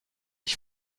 ich